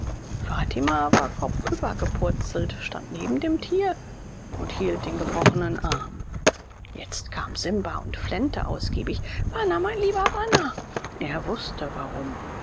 fatima war kopfüber gepurzelt stand neben dem tier und hielt den gebrochenen arm jetzt kam simba und flennte ausgiebig bana mein lieber bana er wußte warum